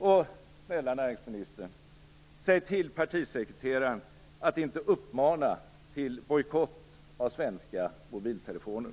Och, snälla näringsministern, säg till partisekreteraren att inte uppmana till bojkott av svenska mobiltelefoner!